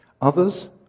Others